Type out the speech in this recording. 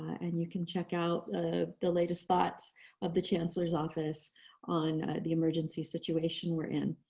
and you can check out ah the latest thoughts of the chancellor's office on the emergency situation we're in.